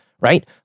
right